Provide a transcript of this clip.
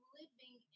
living